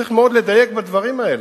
צריך לדייק מאוד בדברים האלה,